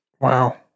wow